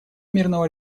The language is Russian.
мирного